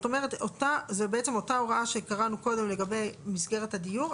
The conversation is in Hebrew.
זו בעצם אותה הוראה שקראנו קודם לגבי מסגרת הדיור,